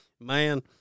man